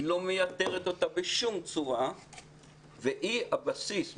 היא לא מייתרת אותה בשום צורה והיא הבסיס.